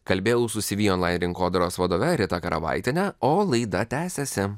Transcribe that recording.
kalbėjausi syvi onlain rinkodaros vadove rita karavaitiene o laida tęsiasi